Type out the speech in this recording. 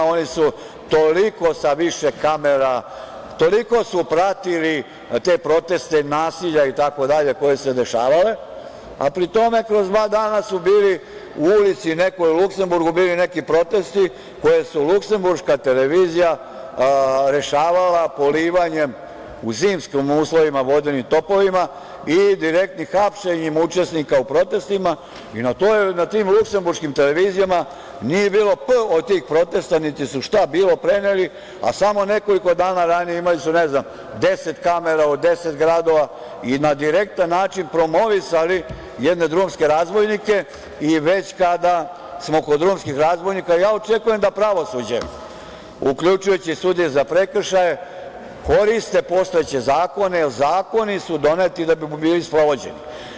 Oni su toliko sa više kamera toliko su pratili te proteste nasilja itd. koje su se dešavale, a pri tome kroz dva dana su bili u ulici nekoj u Luksemburgu bili neki protesti koji je luksemburška televizija rešavala polivanjem u zimskim uslovima vodenim topovima i direktnim hapšenjem učesnika u protestima i na tim luksemburškim televizija nije bilo „p“ od tih protesta, niti su šta bili preneli, a samo nekoliko dana ranije imali su, ne znam, 10 kamera u 10 gradova i na direktan način promovisali jedne drumske razbojnike i već kada smo kod drumskih razbojnika ja očekujem da pravosuđe, uključujući sudije za prekršaje, koriste postojeće zakone, jer zakoni su doneti da bi bili sprovođeni.